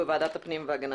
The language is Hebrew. פה אחד.